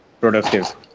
productive